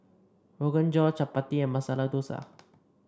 Rogan Josh Chapati Masala Dosa